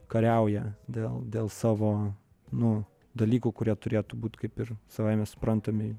kariauja dėl dėl savo nu dalykų kurie turėtų būt kaip ir savaime suprantami